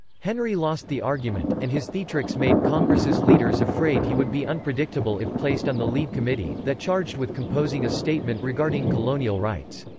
henry lost the argument, and his theatrics made congress's leaders afraid he would be unpredictable if placed on the lead committee, that charged with composing a statement regarding colonial rights.